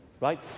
Right